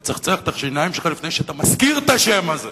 תצחצח את השיניים שלך לפני שאתה מזכיר את השם הזה,